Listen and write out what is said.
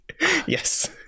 yes